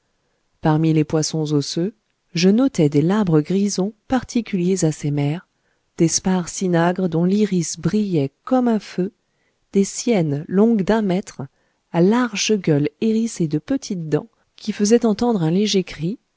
parmi les poissons osseux je notai des labres grisons particuliers à ces mers des spares synagres dont l'iris brillait comme un feu des sciènes longues d'un mètre à large gueule hérissée de petites dents qui faisaient entendre un léger cri